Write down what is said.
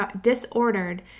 disordered